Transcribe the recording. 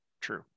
true